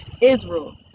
israel